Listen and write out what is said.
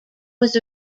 was